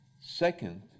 Second